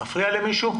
מפריע למישהו?